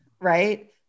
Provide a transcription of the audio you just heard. right